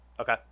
Okay